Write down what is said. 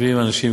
יושבים אנשים,